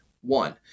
One